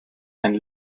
and